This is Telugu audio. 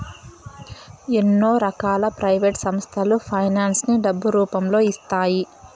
ఎన్నో రకాల ప్రైవేట్ సంస్థలు ఫైనాన్స్ ని డబ్బు రూపంలో ఇస్తాయి